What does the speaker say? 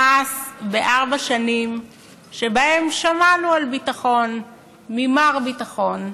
מאס בארבע שנים שבהן שמענו על ביטחון ממר ביטחון,